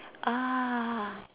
ah